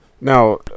now